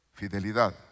fidelidad